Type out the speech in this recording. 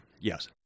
Yes